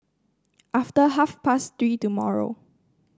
after half past Three tomorrow